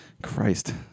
Christ